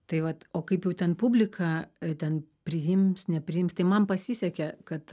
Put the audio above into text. tai vat o kaip ten publika ten priims nepriims tai man pasisekė kad